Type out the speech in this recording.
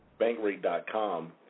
Bankrate.com